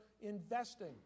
investing